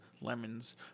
lemons